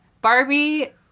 Barbie